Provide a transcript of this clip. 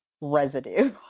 residue